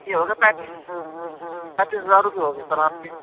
یہ ہوگا پینتیس پینتیس ہزار روپے ہو گیا سر آپ کے